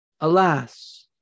Alas